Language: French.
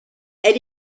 elle